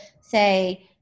say